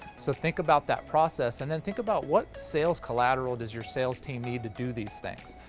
so think about that process, and then think about what sales collateral does your sales team needs to do these things?